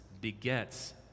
begets